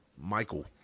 Michael